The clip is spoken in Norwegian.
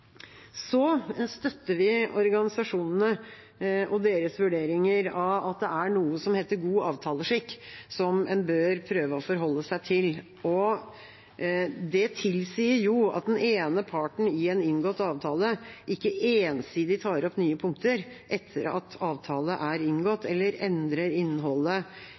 Så støtter vi organisasjonene og deres vurderinger av at det er noe som heter god avtaleskikk, som en bør prøve å forholde seg til. Det tilsier at den ene parten i en inngått avtale ikke ensidig tar opp nye punkter etter at avtalen er inngått, eller endrer innholdet